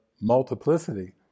multiplicity